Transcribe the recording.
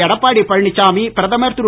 எடப்பாடி பழனிசாமி பிரதமர் திரு